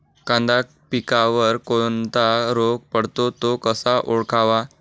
कांदा पिकावर कोणता रोग पडतो? तो कसा ओळखावा?